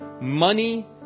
money